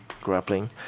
grappling